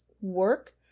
work